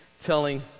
telling